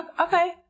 okay